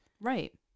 Right